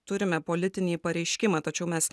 turime politinį pareiškimą tačiau mes